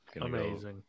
amazing